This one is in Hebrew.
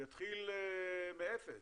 יתחיל מאפס.